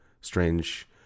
strange